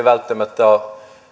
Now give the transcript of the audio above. välttämättä ole